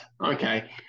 Okay